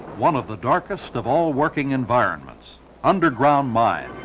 one of the darkest of all working environments underground mines.